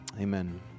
Amen